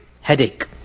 headache